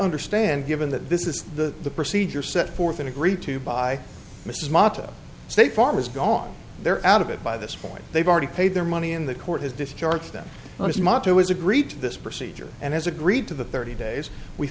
understand given that this is the procedure set forth and agreed to by mrs mata say farm is gone they're out of it by this point they've already paid their money in the court has discharge them on its motto is agreed to this procedure and has agreed to the thirty days we